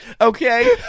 Okay